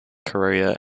career